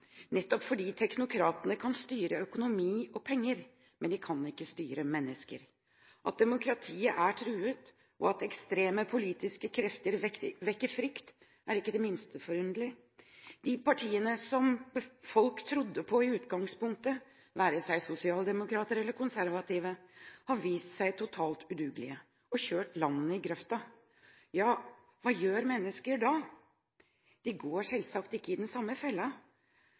nettopp fordi teknokratene kan styre økonomi og penger – men de kan ikke styre mennesker. At demokratiet er truet, og at ekstreme politiske krefter vekker frykt, er ikke det minste forunderlig. De partiene som folk trodde på i utgangspunktet, det være seg sosialdemokrater eller konservative, har vist seg totalt udugelige og kjørt landene i grøften. Hva gjør mennesker da? De går selvsagt ikke i den samme